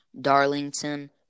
Darlington